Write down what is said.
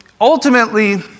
ultimately